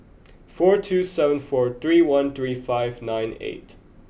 four two seven four three one three five nine eight